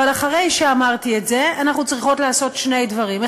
אבל אחרי שאמרתי את זה אנחנו צריכות לעשות שני דברים: